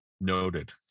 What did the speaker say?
Noted